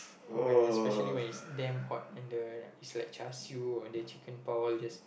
when especially when is damn hot and the is like just you or the chicken bao all just